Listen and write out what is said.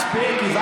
מספיק.